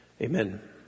amen